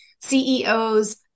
CEOs